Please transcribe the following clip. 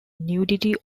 nudity